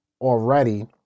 already